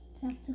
Chapter